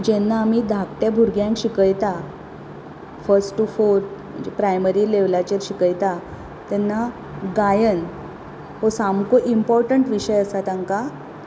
जेन्ना आमी धाकट्या भुरग्यांक शिकयता फस्ट टू फोर्थ म्हन्जे प्रायमरी लेवलाचेर शिकयता तेन्ना गायन हो सामको इम्पॉटण्ट विशय आसा तांकां